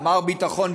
"מר ביטחון",